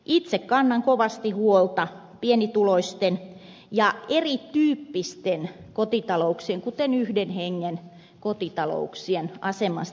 itse kannan kovasti huolta pienituloisten ja erityyppisten kotitalouksien kuten yhden hengen kotitalouksien asemasta